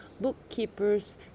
bookkeepers